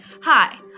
Hi